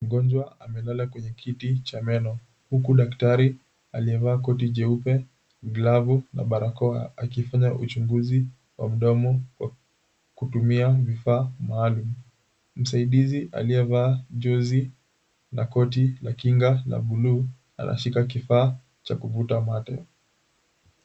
Mgonjwa amelala kwenye kiti cha meno, huku daktari aliyevaa koti jeupe, glavu na barakoa, akifanya uchunguzi wa mdomo kwa kutumia vifaa maalumu. Msaidizi aliyevaa jezi na koti la kinga la buluu, anashika kifaa cha kuvuta mate.